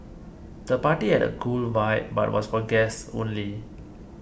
the party had a cool vibe but was for guests only